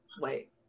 Wait